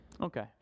Okay